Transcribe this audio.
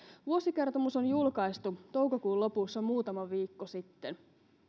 vuosikertomus on julkaistu toukokuun lopussa muutama viikko sitten